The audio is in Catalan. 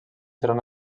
seran